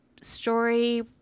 story